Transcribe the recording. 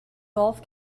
golf